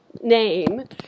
name